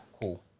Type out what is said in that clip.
cool